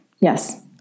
Yes